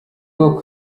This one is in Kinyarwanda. bwo